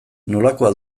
nolakoa